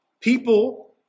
People